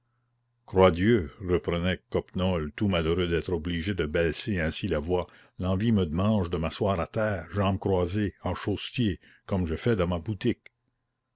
croix dieu reprenait coppenole tout malheureux d'être obligé de baisser ainsi la voix l'envie me démange de m'asseoir à terre jambes croisées en chaussetier comme je fais dans ma boutique